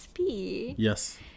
yes